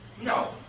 No